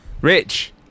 Rich